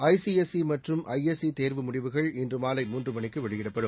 ஐசிஎஸ்ஈமற்றும் ஐஎஸ்ஈதேர்வு முடிவுகள் இன்றுமாலை மூன்றுமணிக்குவெளியிடப்படும்